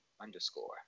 underscore